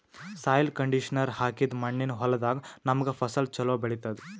soil conditioner ಹಾಕಿದ್ದ್ ಮಣ್ಣಿನ್ ಹೊಲದಾಗ್ ನಮ್ಗ್ ಫಸಲ್ ಛಲೋ ಬೆಳಿತದ್